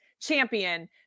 champion